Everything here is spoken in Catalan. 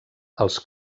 els